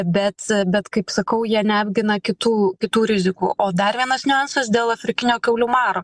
bet bet kaip sakau jie neapgina kitų kitų rizikų o dar vienas niuansas dėl afrikinio kiaulių maro